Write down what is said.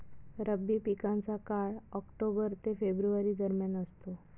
रब्बी पिकांचा काळ ऑक्टोबर ते फेब्रुवारी दरम्यान असतो